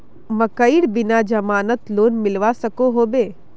मकईर बिना जमानत लोन मिलवा सकोहो होबे?